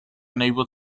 unable